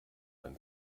dann